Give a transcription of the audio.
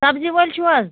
سبزی وٲلۍ چھُ حظ